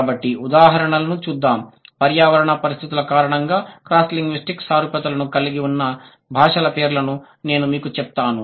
కాబట్టి ఉదాహరణలను చూద్దాం పర్యావరణ పరిస్థితుల కారణంగా క్రాస్ లింగ్విస్టిక్ సారూప్యతలను కలిగి ఉన్న భాషల పేర్లను నేను మీకు చెప్తాను